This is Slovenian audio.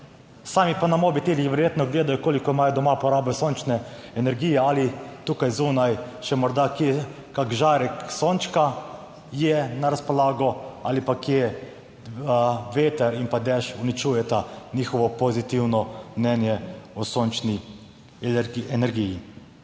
sami pa na mobitelih verjetno gledajo, koliko imajo doma porabe sončne energije, ali tukaj zunaj še morda kje kak žarek sončka je na razpolago ali pa kje veter in dež uničujeta njihovo pozitivno mnenje o sončni energiji.